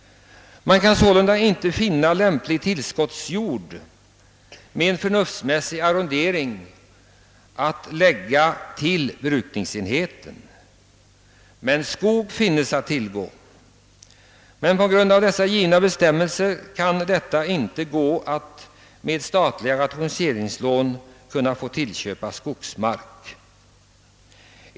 Man kan sålunda inte finna lämplig tillskottsjord för brukningsenheten med en förnuftsmässig arrondering. Skog finns att tillgå, men bestämmelserna medger inte att statliga rationaliseringslån ges för inköp av skogsmark.